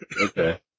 Okay